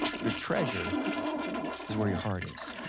your treasure is where your heart is.